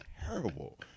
terrible